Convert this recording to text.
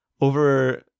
over